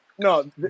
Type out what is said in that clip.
No